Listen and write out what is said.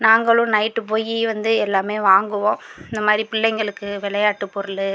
நாங்களும் நைட் போய் வந்து எல்லாமே வாங்குவோம் இந்த மாதிரி பிள்ளைங்களுக்கு விளையாட்டு பொருள்